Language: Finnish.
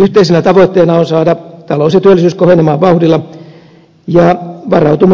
yhteisenä tavoitteena on saada talous ja työllisyys kohenemaan vauhdilla ja varautua